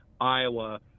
Iowa